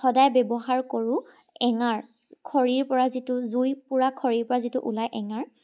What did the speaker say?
সদায় ব্যৱহাৰ কৰোঁ এঙাৰ খৰিৰ পৰা যিটো জুই পোৰা খৰিৰ পৰা যিটো ওলায় এঙাৰ